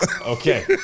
Okay